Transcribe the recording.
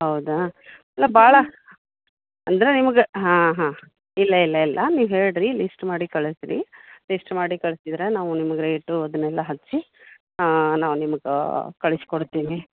ಹೌದಾ ಇಲ್ಲ ಭಾಳ ಅಂದ್ರೆ ನಿಮಗೆ ಹಾಂ ಹಾಂ ಇಲ್ಲ ಇಲ್ಲ ಇಲ್ಲ ನೀವು ಹೇಳಿರಿ ಲಿಸ್ಟ್ ಮಾಡಿ ಕಳಿಸ್ರಿ ಲಿಸ್ಟ್ ಮಾಡಿ ಕಳ್ಸಿದ್ರೆ ನಾವು ನಿಮಗೆ ರೇಟು ಅದನ್ನೆಲ್ಲ ಹಚ್ಚಿ ನಾನು ನಿಮಗೆ ಕಳ್ಸಿ ಕೊಡ್ತೀನಿ